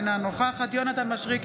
אינה נוכחת יונתן מישרקי,